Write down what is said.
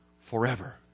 forever